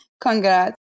Congrats